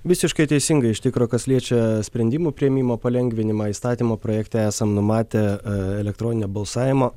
visiškai teisingai iš tikro kas liečia sprendimų priėmimo palengvinimą įstatymo projekte esam numatę elektroninio balsavimo